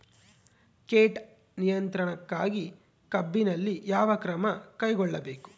ಕೇಟ ನಿಯಂತ್ರಣಕ್ಕಾಗಿ ಕಬ್ಬಿನಲ್ಲಿ ಯಾವ ಕ್ರಮ ಕೈಗೊಳ್ಳಬೇಕು?